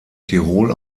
tirol